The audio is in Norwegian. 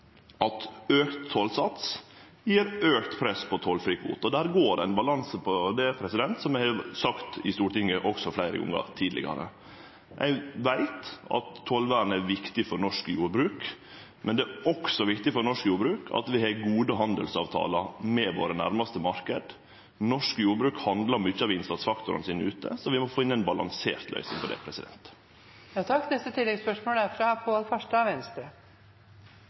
at auka tollsats gjev auka press på tollfrie kvotar, og der går det ein balanse, som eg har sagt i Stortinget også fleire gonger tidlegare. Eg veit at tollvernet er viktig for norsk jordbruk, men det er også viktig for norsk jordbruk at vi har gode handelsavtalar med våre nærmaste marknader. Norsk jordbruk handlar mykje av innsatsfaktoren sin ute, så vi må finne ein balansert løysing på det. Pål Farstad – til oppfølgingsspørsmål. Ikke minst på grunn av Venstre